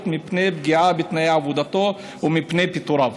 מפני פגיעה בתנאי עבודתו ומפני פיטוריו.